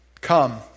Come